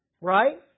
Right